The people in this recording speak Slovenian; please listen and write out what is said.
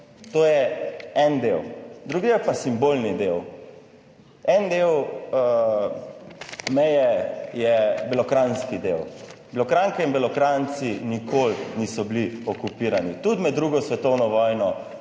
To je en del. Drugi je pa simbolni del. En del meje je belokranjski del. Belokranjke in Belokranjci nikoli niso bili okupirani, tudi med drugo svetovno vojno